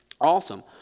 awesome